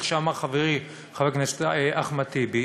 כמו שאמר חברי חבר הכנסת אחמד טיבי: